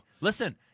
Listen